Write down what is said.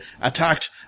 attacked